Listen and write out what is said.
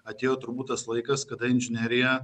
atėjo turbūt tas laikas kada inžinerija